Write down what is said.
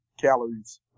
calories